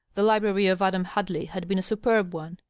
the library of adam hadley had been a superb one.